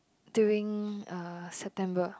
during uh September